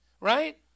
right